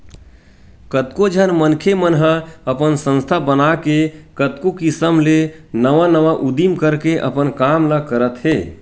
कतको झन मनखे मन ह अपन संस्था बनाके कतको किसम ले नवा नवा उदीम करके अपन काम ल करत हे